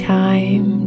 time